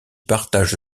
partage